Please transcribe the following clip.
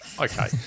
Okay